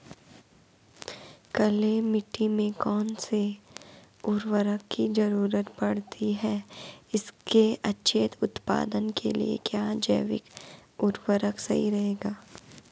Clay मिट्टी में कौन से उर्वरक की जरूरत पड़ती है इसके अच्छे उत्पादन के लिए क्या जैविक उर्वरक सही रहेगा?